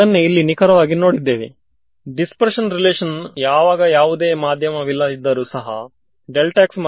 so you ನಿಜವಾಗಿ ಈ basis function ನಲ್ಲಿ ಕಂಟಿನ್ಯುವಸ್ ಆಗಿರುವುದಿಲ್ಲ ಇದು ಬೇಸಿಸ್ ಫಂಕ್ಷನ್ ನ ಒಂದು ಡಿಫೆಕ್ಟ್ ಆಗಿರುತ್ತದೆ